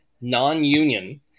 non-union